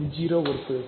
இது 0 உறுப்பு